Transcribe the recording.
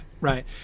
right